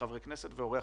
הסכום שמבוקש.